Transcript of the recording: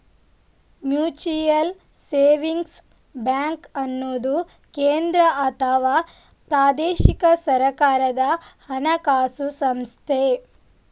mutual savings bank ಅನ್ನುದು ಕೇಂದ್ರ ಅಥವಾ ಪ್ರಾದೇಶಿಕ ಸರ್ಕಾರದ ಹಣಕಾಸು ಸಂಸ್ಥೆ